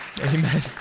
Amen